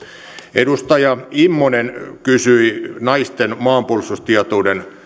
edustaja immonen kysyi naisten maanpuolustustietouden